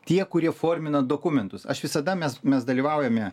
tie kurie formina dokumentus aš visada mes mes dalyvaujame